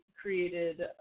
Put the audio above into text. created